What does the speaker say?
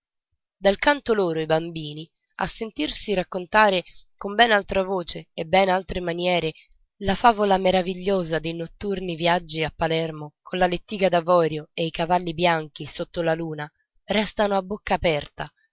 dal canto loro i bambini a sentirsi raccontare con ben altra voce e ben altre maniere la favola meravigliosa dei notturni viaggi a palermo con la lettiga d'avorio e i cavalli bianchi sotto la luna restano a bocca aperta